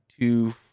two